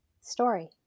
story